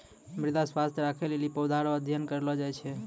मृदा स्वास्थ्य राखै लेली पौधा रो अध्ययन करलो जाय छै